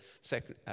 second